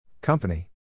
Company